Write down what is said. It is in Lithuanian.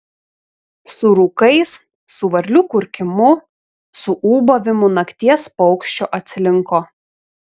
su rūkais su varlių kurkimu su ūbavimu nakties paukščio atslinko